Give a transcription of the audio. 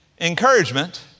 encouragement